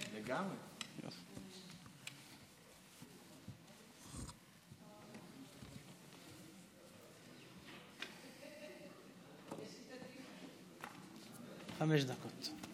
חמש דקות.